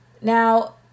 Now